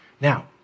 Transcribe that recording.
Now